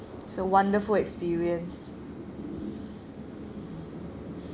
it's a wonderful experience